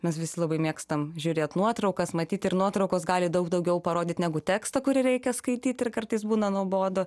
mes visi labai mėgstam žiūrėt nuotraukas matyt ir nuotraukos gali daug daugiau parodyt negu tekstą kurį reikia skaityt ir kartais būna nuobodu